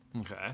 Okay